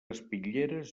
espitlleres